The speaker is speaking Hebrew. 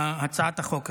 הצעת החוק הזאת.